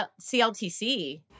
CLTC